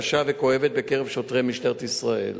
קשה וכואבת בקרב שוטרי משטרת ישראל.